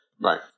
Right